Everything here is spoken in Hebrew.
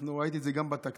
וראיתי את זה גם בתקציב,